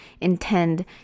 intend